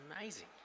amazing